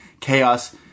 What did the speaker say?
chaos